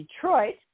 Detroit